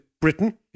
Britain